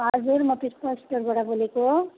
हजुर म पुष्प स्टोरबाड बोलेको